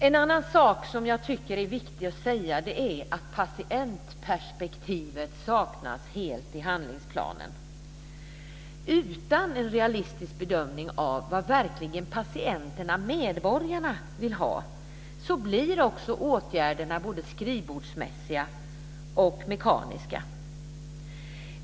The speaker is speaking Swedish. En annan sak som jag tycker att det är viktigt att säga är att patientperspektivet saknas helt i handlingsplanen. Utan en realistisk bedömning av vad patienterna, medborgarna, verkligen vill ha blir åtgärderna både skrivbordsmässiga och mekaniska.